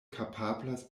kapablas